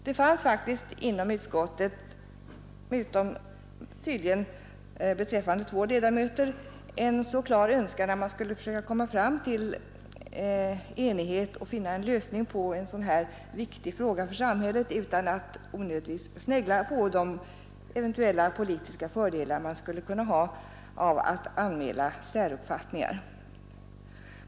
Det fanns faktiskt inom utskottet — utom tydligen hos två av ledamöterna — en klar önskan att försöka komma fram till enighet och finna en lösning på en sådan viktig fråga för samhället utan att onödigtvis snegla på de eventuella politiska fördelar man skulle kunna få genom att anmäla säruppfattningar.